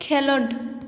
ᱠᱷᱮᱞᱳᱰ